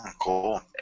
Cool